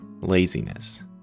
laziness